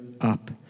up